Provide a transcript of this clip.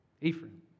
Ephraim